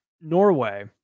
Norway